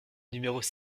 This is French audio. numéros